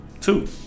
two